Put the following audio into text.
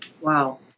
wow